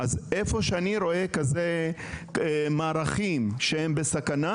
אז איפה שאני רואה מערכים שהם בסכנה,